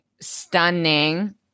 stunning